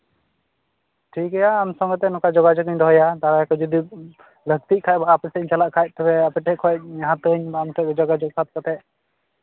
ᱴᱷᱤᱠ ᱜᱮᱭᱟ ᱟᱢ ᱥᱚᱸᱜᱮ ᱛᱮ ᱱᱚᱝᱠᱟ ᱡᱳᱜᱟᱡᱳᱜᱤᱧ ᱫᱚᱦᱚᱭᱟ ᱡᱩᱫᱤ ᱞᱟᱹᱠᱛᱤᱜ ᱠᱷᱟᱱ ᱵᱟᱠᱷᱟᱱ ᱟᱯᱮ ᱥᱮᱫ ᱤᱧ ᱪᱟᱞᱟᱜ ᱠᱷᱟᱱ ᱛᱚᱵᱮ ᱟᱯᱮ ᱴᱷᱮᱱ ᱠᱷᱚᱱ ᱡᱟᱦᱟᱸ ᱟᱢ ᱴᱷᱮᱱ ᱡᱳᱜᱟᱡᱳᱜᱽ ᱥᱟᱵ ᱠᱟᱛᱮᱫ